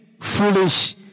foolish